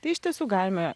tai iš tiesų galime